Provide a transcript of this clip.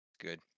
Good